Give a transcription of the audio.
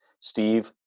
Steve